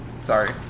Sorry